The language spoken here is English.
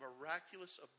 miraculous